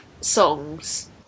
songs